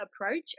approach